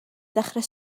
ddechrau